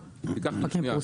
כן.